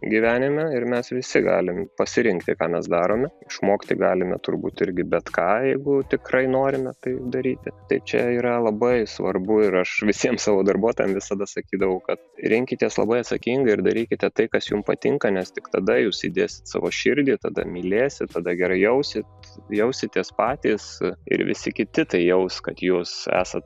gyvenime ir mes visi galim pasirinkti ką mes darome išmokti galime turbūt irgi bet ką jeigu tikrai norime tai daryti tai čia yra labai svarbu ir aš visiems savo darbuotojam visada sakydavau kad rinkitės labai atsakingai ir darykite tai kas jum patinka nes tik tada jūs įdėsit savo širdį tada mylėsit tada gerai jausit jausitės patys ir visi kiti tai jaus kad jūs esat